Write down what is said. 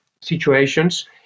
situations